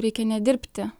reikia nedirbti